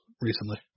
recently